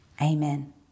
Amen